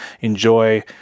enjoy